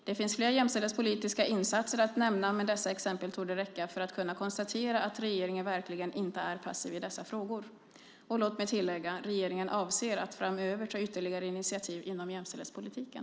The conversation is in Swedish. Det finns fler jämställdhetspolitiska insatser att nämna, men dessa exempel torde räcka för att kunna konstatera att regeringen verkligen inte är passiv i dessa frågor. Och låt mig tillägga att regeringen avser att framöver ta ytterligare initiativ inom jämställdhetspolitiken.